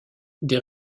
des